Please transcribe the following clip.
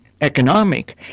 economic